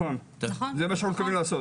נכון זה מה שהולכים לעשות.